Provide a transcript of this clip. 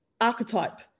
archetype